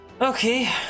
Okay